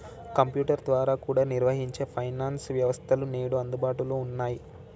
computer ద్వారా కూడా నిర్వహించే ఫైనాన్స్ వ్యవస్థలు నేడు అందుబాటులో ఉన్నయ్యి